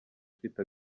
ufite